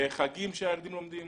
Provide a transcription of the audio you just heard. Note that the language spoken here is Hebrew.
חגים בהם הילדים לומדים.